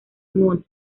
moon